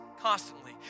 constantly